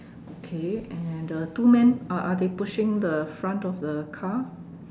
okay and the two men are are they pushing the front of the car